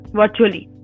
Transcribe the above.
virtually